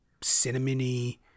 cinnamony